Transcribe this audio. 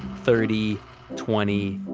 thirty twenty,